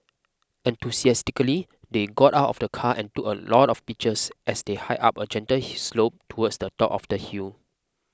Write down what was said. enthusiastically they got out of the car and took a lot of pictures as they hiked up a gentle slope towards the top of the hill